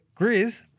Grizz